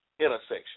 intersection